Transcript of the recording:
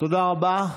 תודה רבה.